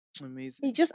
amazing